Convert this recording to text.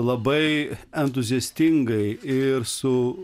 labai entuziastingai ir su